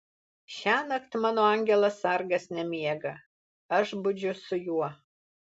šiąnakt mano angelas sargas nemiega aš budžiu su juo